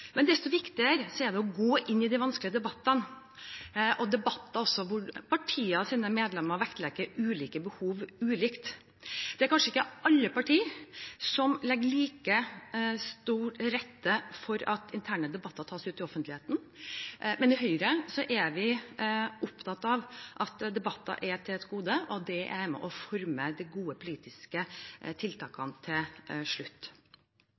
Desto viktigere er det å gå inn i de vanskelige debattene, også debatter der partienes medlemmer vektlegger ulike behov ulikt. Det er kanskje ikke alle partier som legger like godt til rette for at interne debatter tas ute i offentligheten, men i Høyre er vi opptatt av at debatter er et gode og noe som er med på å forme de gode politiske tiltakene til slutt.